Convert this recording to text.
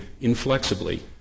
inflexibly